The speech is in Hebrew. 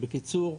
בקיצור,